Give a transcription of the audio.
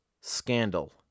scandal